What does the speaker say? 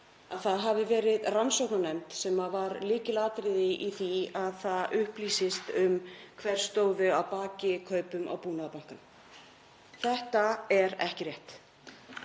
að það hafi verið rannsóknarnefnd sem var lykilatriðið í því að það upplýstist um hverjir stóðu að baki kaupum á Búnaðarbankanum. Þetta er ekki rétt.